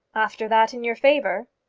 after that in your favour?